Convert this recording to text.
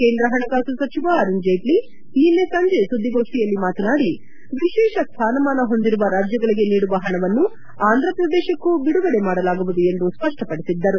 ಕೇಂದ್ರ ಹಣಕಾಸು ಸಚಿವ ಅರುಣ್ ಜೇಟ್ಲ ನಿನ್ನೆ ಸಂಜೆ ಸುದ್ವಿಗೋಷ್ಠಿಯಲ್ಲಿ ಮಾತನಾಡಿ ವಿಶೇಷ ಸ್ಟಾನಮಾನ ಹೊಂದಿರುವ ರಾಜ್ಯಗಳಿಗೆ ನೀಡುವ ಹಣವನ್ನು ಆಂಧ್ರ ಪ್ರದೇಶಕ್ಕೂ ಬಿಡುಗಡೆ ಮಾಡಲಾಗುವುದು ಎಂದು ಸ್ಪಪ್ಪಪಡಿಸಿದ್ದರು